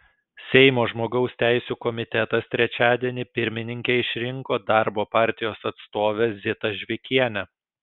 seimo žmogaus teisių komitetas trečiadienį pirmininke išrinko darbo partijos atstovę zitą žvikienę